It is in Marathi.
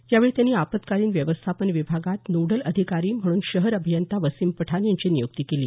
यावेळी त्यांनी आपत्कालीन व्यवस्थापन विभागात नोडल अधिकारी म्हणून शहर अभियंता वसीम पठाण यांची नियुक्ती केली